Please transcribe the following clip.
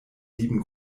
sieben